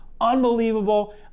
Unbelievable